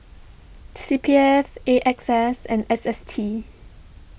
C P F A X S and S S T